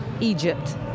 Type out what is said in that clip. Egypt